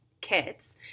kits